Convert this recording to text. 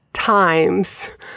times